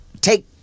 take